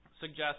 suggest